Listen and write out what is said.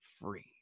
free